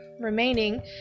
remaining